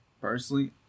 Personally